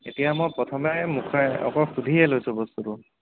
এতিয়া মই প্ৰথমে মুখেৰে অকল সুধিহে লৈছোঁ বস্তুটো